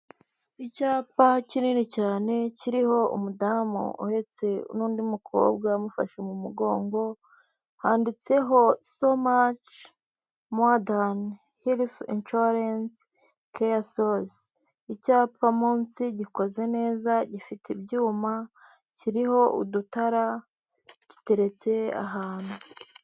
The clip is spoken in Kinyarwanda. Icyapa kinini cyane kiriho umudamu uhetse n'undi mukobwa yamufashe mu mugongo. Handitseho somachi mowa dani herifi insuwarensi keya sosi. Icyapa munsi gikoze neza gifite ibyuma kiriho udutara giteretse ahantu.